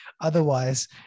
otherwise